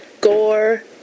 gore